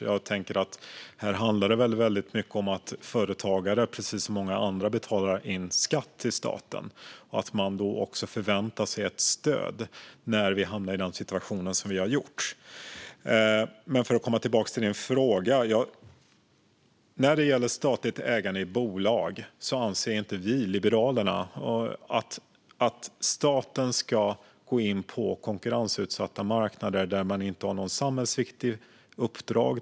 Jag tänker att här handlar det väldigt mycket om att företagare precis som många andra betalar in skatt till staten. Då förväntade de sig också stöd när vi hamnade i den här situationen. Men för att komma tillbaka till din fråga, Birger Lahti: När det gäller statligt ägande i bolag anser inte vi i Liberalerna att staten ska gå in på konkurrensutsatta marknader där man inte har något samhällsviktigt uppdrag.